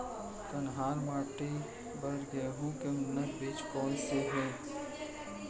कन्हार माटी बर गेहूँ के उन्नत बीजा कोन से हे?